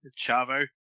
Chavo